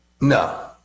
No